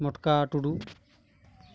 ᱢᱚᱴᱠᱟ ᱴᱩᱰᱩ